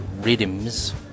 Rhythms